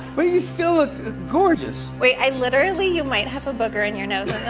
but you still look gorgeous. wait, i literally you might have a booger in your nose